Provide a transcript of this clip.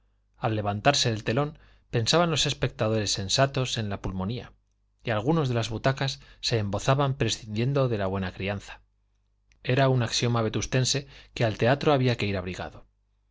al levantarse el telón pensaban los espectadores sensatos en la pulmonía y algunos de las butacas se embozaban prescindiendo de la buena crianza era un axioma vetustense que al teatro había que ir abrigado